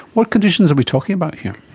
what conditions are we talking about here?